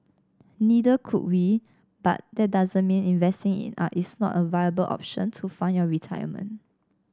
neither could we but that doesn't mean investing in art is not a viable option to fund your retirement